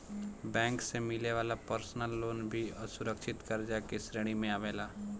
bank से मिले वाला पर्सनल लोन भी असुरक्षित कर्जा के श्रेणी में आवेला